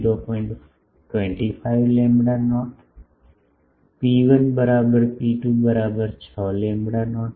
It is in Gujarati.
25 લેમ્બડા નોટ ρ1 બરાબર ρ2 બરાબર 6 લેમ્બડા નોટ છે